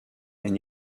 and